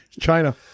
China